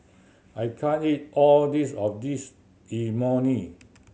I can't eat all this of this Imoni